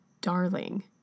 darling